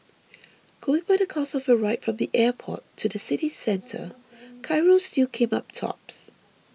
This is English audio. going by the cost of a ride from the airport to the city centre Cairo still came up tops